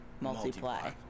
multiply